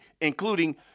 including